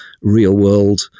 real-world